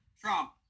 trump